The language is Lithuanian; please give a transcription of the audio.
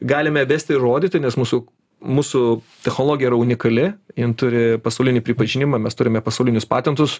galime vesti ir rodyti nes mūsų mūsų technologija yra unikali jin turi pasaulinį pripažinimą mes turime pasaulinius patentus